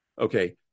okay